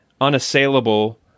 unassailable